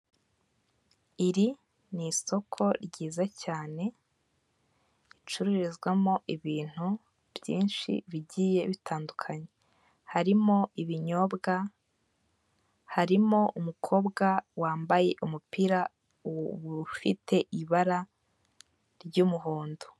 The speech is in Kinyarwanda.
Iri ni isoko ryiza cyane ricururizwamo ibintu byinshi bigiye bitandukanye harimo ibinyobwa, harimo umukobwa wambaye umupira ufite ibara ry'umuhondo.